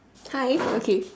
hi okay